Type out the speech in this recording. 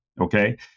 okay